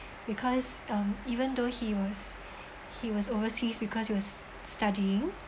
because um even though he was he was overseas because he was studying